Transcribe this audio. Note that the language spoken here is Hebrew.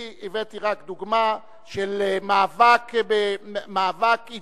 אני רק הבאתי דוגמה של מאבק אידיאולוגי